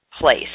place